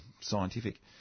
scientific